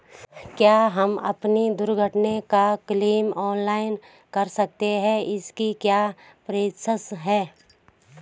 क्या हम अपनी दुर्घटना का क्लेम ऑनलाइन कर सकते हैं इसकी क्या प्रोसेस है?